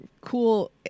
cool